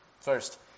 First